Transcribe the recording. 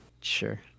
sure